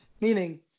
Meaning